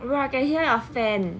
bro I can hear your fan